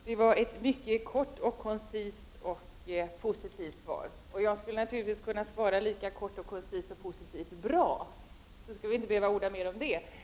Herr talman! Det var ett mycket kort, koncist och positivt svar. Jag skulle naturligtvis lika kort, koncist och bra kunna säga: bra, då skulle vi inte behöva orda mer om detta.